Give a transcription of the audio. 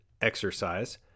exercise